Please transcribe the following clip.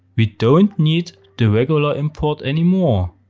we don't need the regular import anymore.